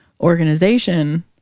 organization